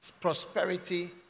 prosperity